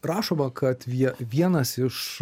rašoma kad vie vienas iš